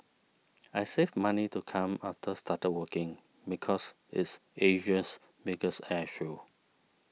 I saved money to come after started working because it's Asia's biggest air show